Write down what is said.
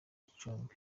gicumbi